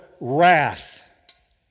wrath